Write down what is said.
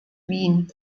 wien